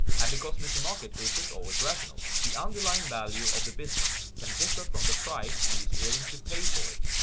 and because mr. market isn't always rational, the underlying value of the business can differ from the price he is willing to pay for it.